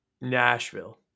Nashville